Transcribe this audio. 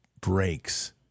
breaks